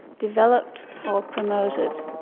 developed or promoted.